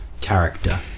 character